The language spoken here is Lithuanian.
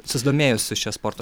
susidomėjusių šia sporto